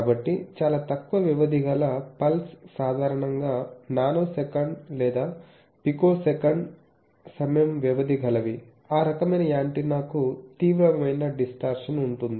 కాబట్టి చాలా తక్కువ వ్యవధి గల పల్స్ సాధారణంగా నానోసెకండ్ లేదా పికోసెకండ్ సమయం వ్యవధి గలవి ఆ రకమైన యాంటెన్నాకు తీవ్రమైన డిస్టార్షన్ ఉంటుంది